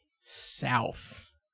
south